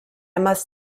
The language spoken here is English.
must